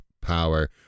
power